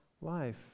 life